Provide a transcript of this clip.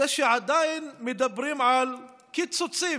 זה שעדיין מדברים על קיצוצים.